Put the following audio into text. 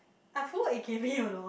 I forgot you know